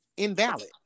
Invalid